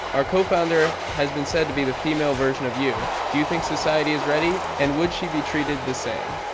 our co-founder has been said to be the female version of you. do you think society is ready, and would she be treated the same?